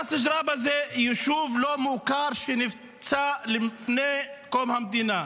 ראס ג'ראבה זה יישוב לא מוכר --- לפני קום המדינה.